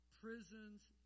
prisons